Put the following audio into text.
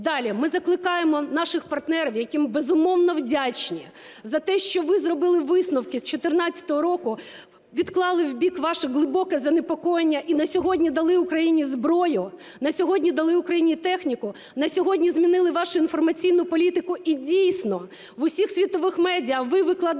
Далі. Ми закликаємо наших партнерів, яким ми, безумовно, вдячні за те, що ви зробили висновки з 14-го року, відклали в бік ваше глибоке занепокоєння і на сьогодні дали Україні зброю, на сьогодні дали Україні техніку, на сьогодні змінили вашу інформаційну політику. І, дійсно, в усіх світових медіа ви викладали